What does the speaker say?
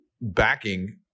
backing